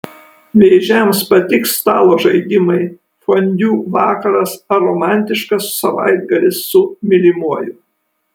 vėžiams patiks stalo žaidimai fondiu vakaras ar romantiškas savaitgalis su mylimuoju